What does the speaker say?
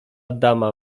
dama